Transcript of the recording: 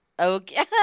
Okay